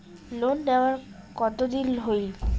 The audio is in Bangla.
লোন নেওয়ার কতদিন হইল?